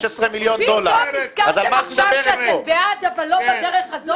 פתאום החלטתם שאתם בעד, אבל לא בדרך הזאת?